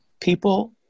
People